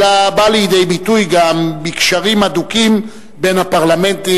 אלא בא לידי ביטוי גם בקשרים הדוקים בין הפרלמנטים,